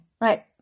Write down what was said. right